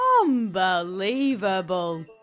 Unbelievable